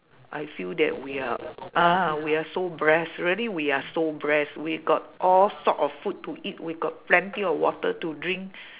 I feel that we are ah we are so blessed really we are so blessed we got all sort of food to eat we got plenty of water to drink